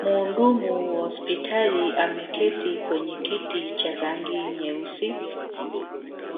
Mhudumu wa hospitali ameketi kwenye kiti cha rangi nyeusi,